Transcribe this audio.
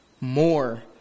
more